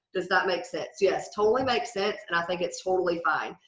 does that make sense? yes! totally makes sense and i think it's totally fine.